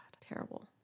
terrible